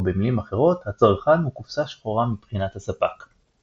במילים אחרות הצרכן הוא קופסה שחורה מבחינת הספק.